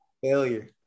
Failure